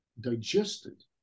digested